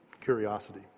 Curiosity